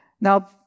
Now